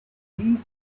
week